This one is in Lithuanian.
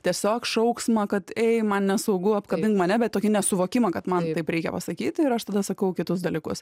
tiesiog šauksmą kad ei man nesaugu apkabink mane bet tokį nesuvokimą kad man taip reikia pasakyt ir aš tada sakau kitus dalykus